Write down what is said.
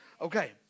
Okay